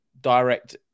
direct